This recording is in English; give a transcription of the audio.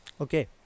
Okay